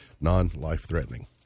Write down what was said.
non-life-threatening